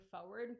forward